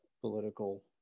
political